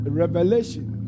revelation